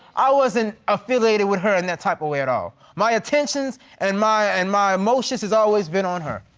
i wasn't affiliated with her in that type of way at all. my attentions and my, and my emotions has always been on her.